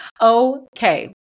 Okay